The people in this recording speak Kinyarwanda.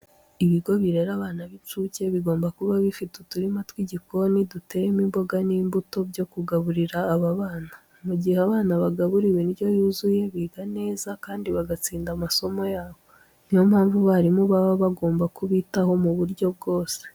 Ibigo birera abana b'incuke bigomba kuba bifite uturima tw'igikoni duteyemo imboga n'imbuto byo kugaburira aba bana. Mu gihe abana bagaburiwe indyo yuzuye, biga neza kandi bagatsinda amasomo yabo. Niyo mpamvu abarimu baba bagomba kubitaho mu buryo bwose.